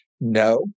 No